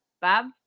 Bob